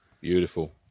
Beautiful